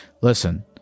Listen